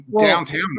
downtown